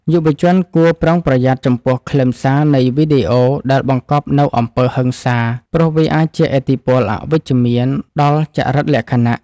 យុវជនគួរប្រុងប្រយ័ត្នចំពោះខ្លឹមសារនៃវីដេអូដែលបង្កប់នូវអំពើហិង្សាព្រោះវាអាចជះឥទ្ធិពលអវិជ្ជមានដល់ចរិតលក្ខណៈ។